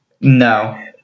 no